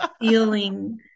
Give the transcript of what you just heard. feeling